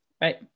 Right